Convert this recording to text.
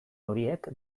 horiek